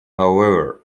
however